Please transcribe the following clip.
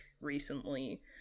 recently